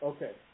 Okay